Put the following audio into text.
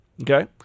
Okay